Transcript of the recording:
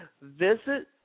Visit